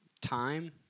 time